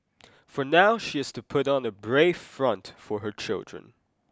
for now she has to put on a brave front for her children